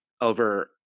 over